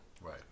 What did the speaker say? Right